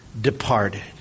departed